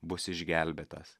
bus išgelbėtas